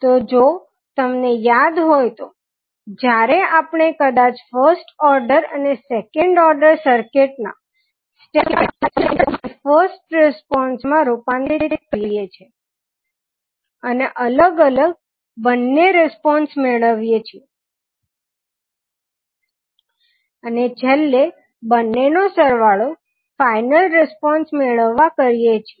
તો જો તમને યાદ હોય તો જ્યારે આપણે કદાચ ફર્સ્ટ ઓર્ડર અને સેક્ન્ડ ઓર્ડર સર્કિટ નાં સ્ટેપ રીસ્પોંસ ની ચર્ચા કરી રહ્યા હતા ત્યારે સોલ્યુશન ને આપણે નેચરલ રીસ્પોંસ માં અને ફર્સ્ટ રીસ્પોંસ માં રૂપાંતરિત કરીએ છીએ અને અલગ અલગ બન્ને રીસ્પોંસ મેળવીએ છીએ અને છેલ્લે બંનેનો સરવાળો ફાઇનલ રીસ્પોંસ મેળવવા કરીએ છીએ